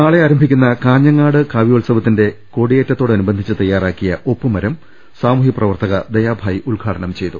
നാളെ ആരംഭിക്കുന്ന കാഞ്ഞങ്ങാട് കാവ്യോത്സവ ത്തിന്റെ കൊടിയേറ്റത്തോടനുബന്ധിച്ച് തയ്യാറാക്കിയ ഒപ്പു മരം സാമൂഹൃപ്രവർത്തക ദയാഭായ് ഉദ്ഘാടനം ചെയ്തു